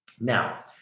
Now